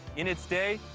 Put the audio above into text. in its day,